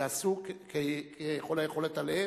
יעשו ככל היכולת עליהם,